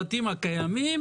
מוזמן לבקש ויקבל.